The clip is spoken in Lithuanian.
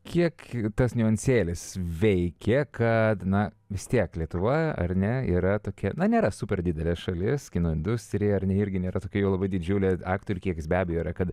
kiek tas niuansėlis veikia kad na vis tiek lietuva ar ne yra tokia na nėra super didelė šalis kino industrija ar ne irgi nėra tokia jau labai didžiulė aktorių kiekis be abejo yra kad